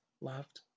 loved